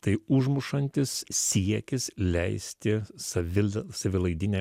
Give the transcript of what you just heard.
tai užmušantis siekis leisti savil savilaidinę